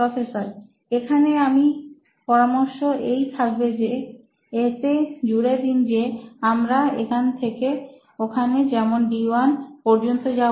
professor এখানে আমার পরামর্শ এই থাকবে যে এতে জুড়ে দিন যে আমরা এখান থেকে ওখানে যেমন D1 পর্যন্ত যাব